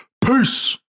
Peace